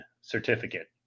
certificate